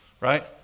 Right